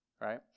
right